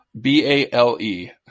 B-A-L-E